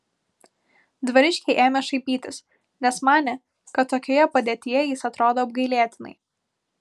dvariškiai ėmė šaipytis nes manė kad tokioje padėtyje jis atrodo apgailėtinai